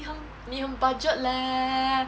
你好你很 budget leh